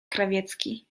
krawiecki